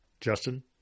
Justin